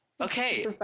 Okay